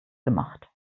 gemacht